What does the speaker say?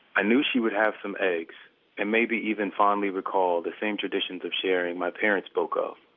i knew she would have some eggs and maybe even fondly recall the same traditions of sharing my parents spoke of.